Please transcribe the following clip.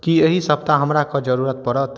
की एहि सप्ताह हमरा एकर जरूरत पड़त